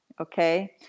okay